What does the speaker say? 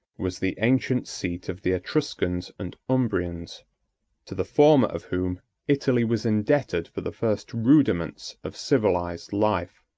was the ancient seat of the etruscans and umbrians to the former of whom italy was indebted for the first rudiments of civilized life.